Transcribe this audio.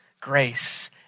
grace